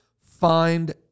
find